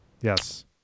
Yes